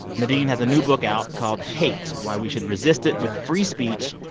nadine has a new book out called hate why we should resist it with free speech,